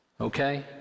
okay